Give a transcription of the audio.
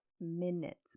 minutes